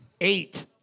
Eight